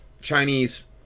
Chinese